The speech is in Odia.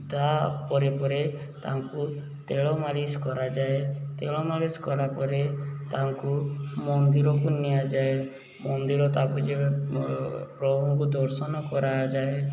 ତା' ପରେ ପରେ ତାଙ୍କୁ ତେଲ ମାଲିସ କରାଯାଏ ତେଲ ମାଲିସ କଲା ପରେ ତାଙ୍କୁ ମନ୍ଦିରକୁ ନିଆଯାଏ ମନ୍ଦିର ପ୍ରଭୁଙ୍କୁ ଦର୍ଶନ କରାଯାଏ